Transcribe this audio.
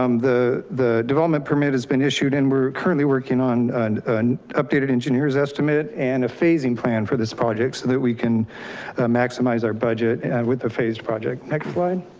um the the development permit has been issued and we're currently working on an an updated engineer's estimate and a phasing plan for this project so that we can maximize our budget and with a phased project. next slide.